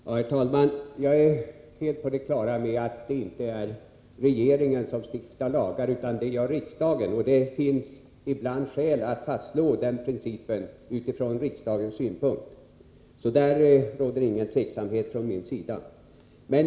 Herr talman! Jag är helt på det klara med att det inte är regeringen som stiftar lagar — det gör riksdagen. Det finns ibland skäl att fastslå den principen utifrån riksdagens synpunkt. Detta råder det alltså inget tvivel om från min sida.